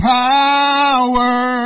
power